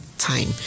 time